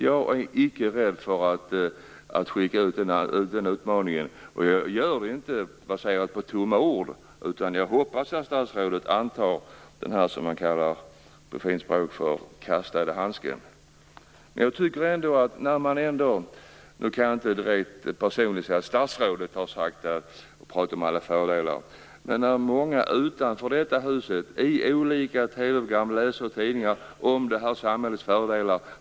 Jag är icke rädd för att skicka ut denna uppmaning, och den är inte baserad på bara tomma ord, utan jag hoppas att statsrådet antar denna - som man säger på fint språk - kastade handske. Jag kan inte påstå att statsrådet har pratat om alla det mångkulturella samhällets fördelar, men många utanför detta hus ser i olika TV-program och läser i tidningar om detta samhälles fördelar.